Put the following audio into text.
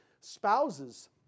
spouses